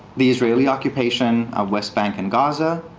the israeli occupation of west bank and gaza,